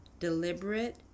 Deliberate